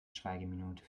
schweigeminute